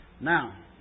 Now